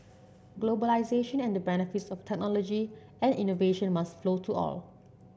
globalisation and the benefits of technology and innovation must flow to all